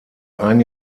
ein